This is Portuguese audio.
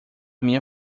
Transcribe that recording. minha